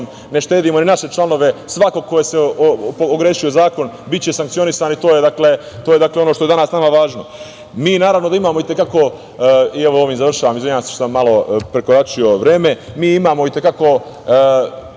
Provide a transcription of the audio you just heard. Ne štedimo ni naše članove, svako ko je se ogrešio o zakon, biće sankcionisan i to je dakle, ono što je danas nama važno. Mi naravno, da imamo i te kako, ovim završavam, izvinjavam se što sam malo prekoračio vreme, mi i te kako